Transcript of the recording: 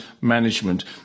management